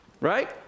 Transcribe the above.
Right